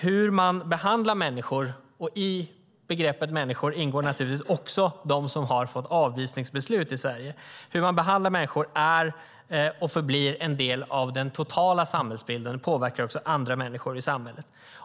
Hur man behandlar människor - och i begreppet "människor" ingår naturligtvis också de som har fått avvisningsbeslut i Sverige - är och förblir en del av den totala samhällsbilden och påverkar också andra människor i samhället.